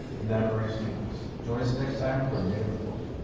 and i'm ernie stevens. join us next time for native report.